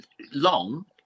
Long